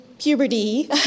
puberty